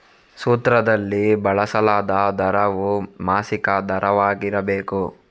ಸೂತ್ರದಲ್ಲಿ ಬಳಸಲಾದ ದರವು ಮಾಸಿಕ ದರವಾಗಿರಬೇಕು